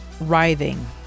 writhing